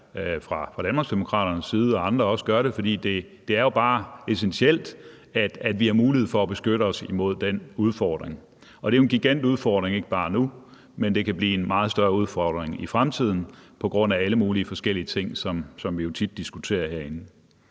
fra Danmarksdemokraternes side, og at andre også gør det. For det er bare essentielt, at vi har mulighed for at beskytte os imod den udfordring. Det er jo en gigantudfordring og ikke bare nu, men det kan blive en meget større udfordring i fremtiden på grund af alle mulige forskellige ting, som vi tit diskuterer herinde.